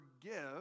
forgive